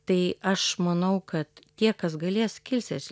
tai aš manau kad tie kas galės kilsias